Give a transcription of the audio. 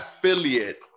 affiliate